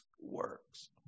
works